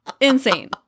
Insane